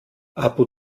abu